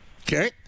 Okay